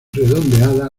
redondeada